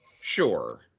Sure